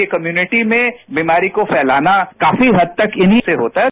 ये कम्युनिटी में बीमारी को फैलाना काफी हद तक इन्हीं से होता है